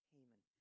Haman